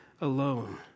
alone